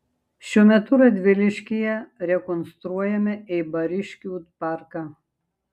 šiuo metu radviliškyje rekonstruojame eibariškių parką